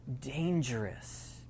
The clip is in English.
dangerous